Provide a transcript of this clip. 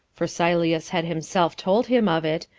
for sylleus had himself told him of it,